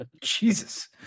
Jesus